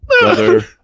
Brother